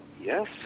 Yes